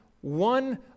one